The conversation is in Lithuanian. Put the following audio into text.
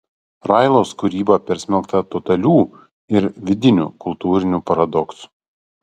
railos kūryba persmelkta totalių ir vidinių kultūrinių paradoksų